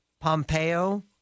Pompeo